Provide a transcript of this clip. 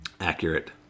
Accurate